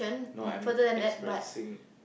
no I'm expressing